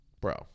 Bro